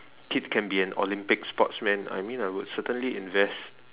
kid can be an Olympics sportsman I mean I would certainly invest